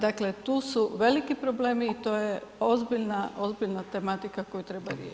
Dakle, tu su veliki problemi i to je ozbiljna, ozbiljna tematika koju treba riješiti.